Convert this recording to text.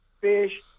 fish